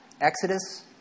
Exodus